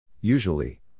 Usually